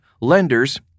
lenders